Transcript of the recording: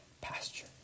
pasture